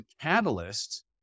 catalyst